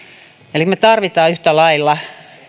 eli me tarvitsemme yhtä lailla